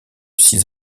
six